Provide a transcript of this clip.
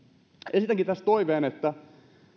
esitänkin tässä toiveen että